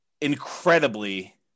incredibly